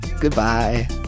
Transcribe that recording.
Goodbye